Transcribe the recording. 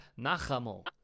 Nachamol